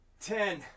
ten